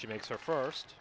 she makes her first